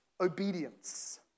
obedience